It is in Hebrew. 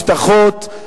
הבטחות,